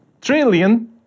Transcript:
trillion